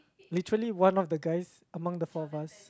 literally one of the guys among the four of us